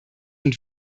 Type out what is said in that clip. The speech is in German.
und